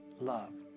love